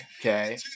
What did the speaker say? okay